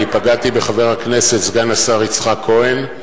אני פגעתי בחבר הכנסת סגן השר יצחק כהן.